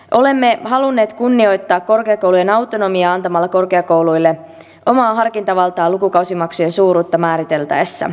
olemme halunneet kunnioittaa korkeakoulujen autonomiaa antamalla korkeakouluille omaa harkintavaltaa lukukausimaksujen suuruutta määriteltäessä